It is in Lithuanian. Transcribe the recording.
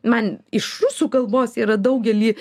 man iš rusų kalbos yra daugelį